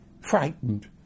frightened